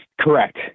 correct